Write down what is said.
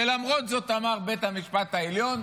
ולמרות זאת אמר בית המשפט העליון,